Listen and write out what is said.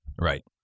right